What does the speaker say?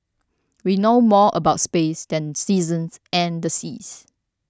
we know more about space than seasons and the seas